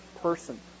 person